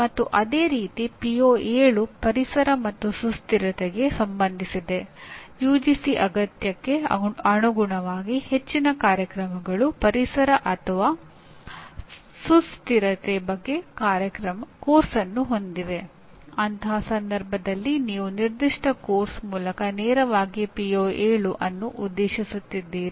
ಮತ್ತು ಅದೇ ರೀತಿ ಪಿಒ7 ಅನ್ನು ಉದ್ದೇಶಿಸುತ್ತಿದ್ದೀರಿ